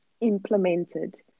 implemented